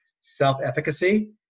self-efficacy